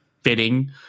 fitting